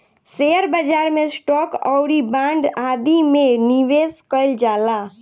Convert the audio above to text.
share बाजार में stock आउरी बांड आदि में निबेश कईल जाला